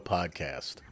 Podcast